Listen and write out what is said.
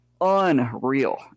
unreal